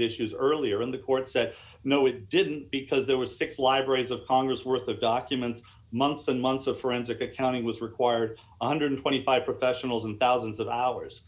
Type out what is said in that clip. issues earlier in the court said no it didn't because there were six libraries of congress worth of documents months and months of forensic accounting was required one hundred and twenty five professionals and thousands of hours